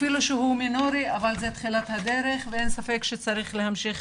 אפילו שהוא מינורי אבל זו תחילת הדרך ואין ספק שצריך להמשיך